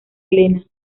elena